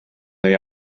neu